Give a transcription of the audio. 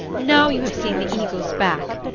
now you have seen the eagle's back,